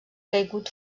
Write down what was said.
caigut